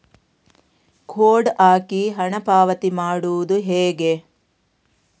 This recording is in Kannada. ಕೋಡ್ ಹಾಕಿ ಹಣ ಪಾವತಿ ಮಾಡೋದು ಹೇಗೆ?